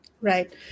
Right